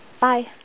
Bye